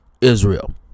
Israel